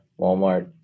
Walmart